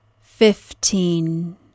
Fifteen